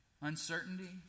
Uncertainty